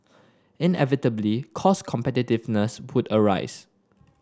inevitably cost competitiveness arise